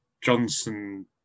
Johnson